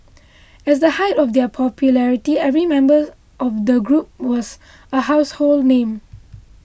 as the height of their popularity every member of the group was a household name